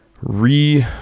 re